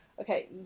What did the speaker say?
Okay